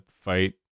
fight